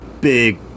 big